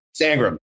Sangram